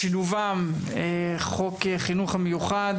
שילובם בחוק החינוך המיוחד